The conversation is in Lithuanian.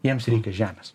jiems reikia žemės